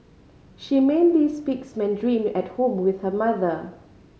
she mainly speaks Mandarin at home with her mother